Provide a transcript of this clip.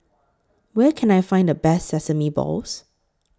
Where Can I Find The Best Sesame Balls